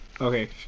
okay